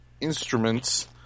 Instruments